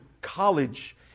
college